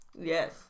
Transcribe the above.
yes